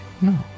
No